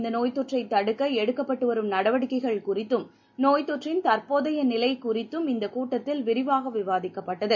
இந்தநோய்த்தொற்றைதடுக்கஎடுக்கப்பட்டுவரும் நாடுமுழுவதும் நடவடிக்கைகள் குறித்தும் நோய்த்தொற்றின் தற்போதையநிலைகுறித்தும் இந்தகூட்டத்தில் விரிவாகவிவாதிக்கப்பட்டது